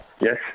Yes